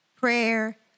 prayer